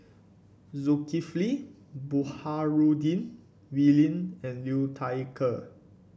Zulkifli Baharudin Wee Lin and Liu Thai Ker